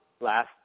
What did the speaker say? last